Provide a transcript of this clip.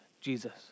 Jesus